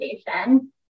station